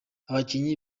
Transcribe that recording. abakinnyi